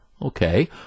Okay